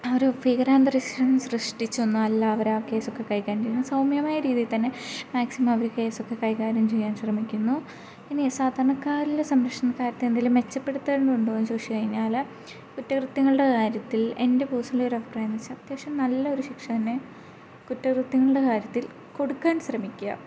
ഒരു ഭീകരാന്തരീക്ഷം സൃഷ്ടിച്ചൊന്നും അല്ല അവർ ആ കേസൊക്കെ കൈകാര്യം ചെയ്യുന്നത് സൗമ്യമായ രീതിയിൽതന്നെ മാക്സിമം അവർ കേസൊക്കെ കൈകാര്യം ചെയ്യാൻ ശ്രമിക്കുന്നു പിന്നെ സാധാരണക്കാരിൽ സംരക്ഷണ കാര്യത്തിൽ എന്തെങ്കിലും മെച്ചപ്പെടുത്തേണ്ടത് ഉണ്ടോയെന്ന് ചോദിച്ച് കഴിഞ്ഞാൽ കുറ്റകൃത്യങ്ങളുടെ കാര്യത്തിൽ എൻ്റെ പേർസണലി റെഫെറൻസ് അത്യാവശ്യം നല്ലൊരു ശിക്ഷതന്നെ കുറ്റകൃത്യങ്ങളുടെ കാര്യത്തിൽ കൊടുക്കാൻ ശ്രമിക്കുക